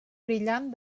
brillant